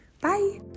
Bye